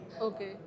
Okay